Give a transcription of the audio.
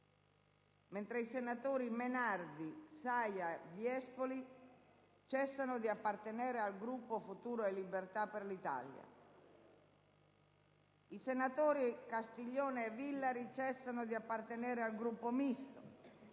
Libertà; i senatori Menardi, Saia e Viespoli cessano di appartenere al Gruppo Futuro e Libertà per l'Italia; i senatori Castiglione e Villari cessano di appartenere al Gruppo Misto;